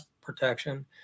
protection